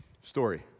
story